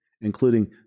including